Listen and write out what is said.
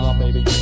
baby